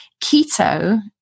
keto